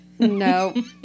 No